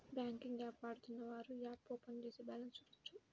banking app వాడుతున్నవారు app open చేసి balance చూడొచ్చు